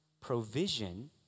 provision